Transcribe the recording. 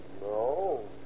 No